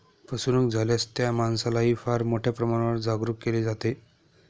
फसवणूक झाल्यास त्या माणसालाही फार मोठ्या प्रमाणावर जागरूक केले जाते